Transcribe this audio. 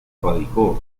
radicó